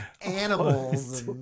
animals